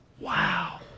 Wow